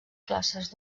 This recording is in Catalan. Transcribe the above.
classes